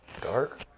dark